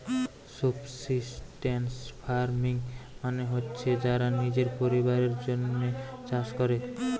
subsistence farming মানে হচ্ছে যারা নিজের পরিবারের জন্যে চাষ কোরে